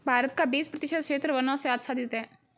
भारत का बीस प्रतिशत क्षेत्र वनों से आच्छादित है